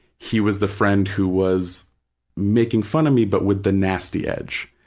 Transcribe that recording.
he was the friend who was making fun of me but with the nasty edge.